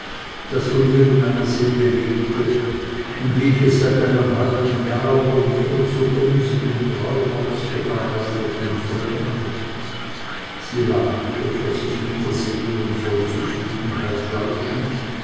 das von ihr in meiner seele lebte und wie ich es seit einem halben jahre oder mehr so emsig und treu ausgearbeitet und vollendet sie lachte vor sich niedersehend und voll zufriedenheit lauschend